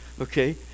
okay